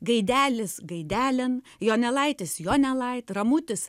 gaidelis gaidelin jonelaitis jonelait ramutis